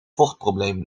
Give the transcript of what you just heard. vochtprobleem